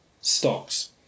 stocks